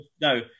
no